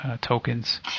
tokens